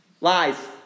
Lies